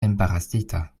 embarasita